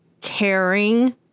caring